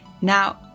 Now